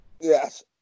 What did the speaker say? Yes